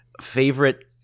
favorite